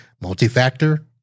multi-factor